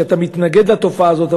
שאתה מתנגד לתופעה הזאת,